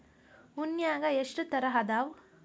ಹೂನ್ಯಾಗ ಎಷ್ಟ ತರಾ ಅದಾವ್?